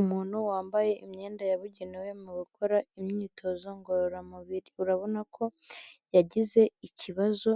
Umuntu wambaye imyenda yabugenewe mu gukora imyitozo ngororamubiri, urabona ko yagize ikibazo